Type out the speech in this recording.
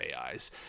AIs